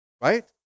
right